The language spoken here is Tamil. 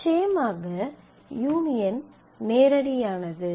நிச்சயமாக யூனியன் நேரடியானது